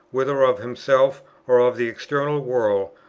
whether of himself or of the external world,